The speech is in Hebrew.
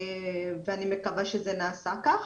ואני מקווה שזה נעשה כך.